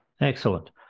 excellent